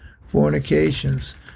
fornications